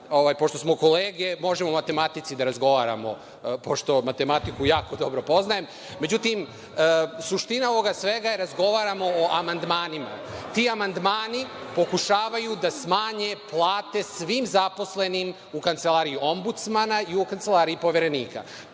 itd. Pošto smo kolege, možemo o matematici da razgovaramo, pošto matematiku jako dobro poznajem. Međutim, suština ovoga svega – razgovaramo o amandmanima. Ti amandmani pokušavaju da smanje plate svim zaposlenima u kancelariji Ombudsmana i kancelariji Poverenika.